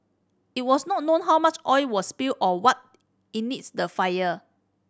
it was not known how much oil was spilled or what the fire